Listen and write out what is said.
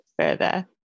further